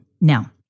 Now